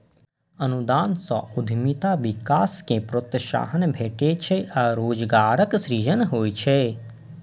अनुदान सं उद्यमिता विकास कें प्रोत्साहन भेटै छै आ रोजगारक सृजन होइ छै